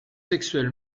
sexuel